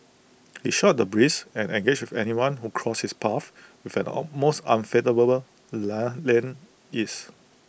he shot the breeze and engaged with anyone who crossed his path with an almost unfathomable land ease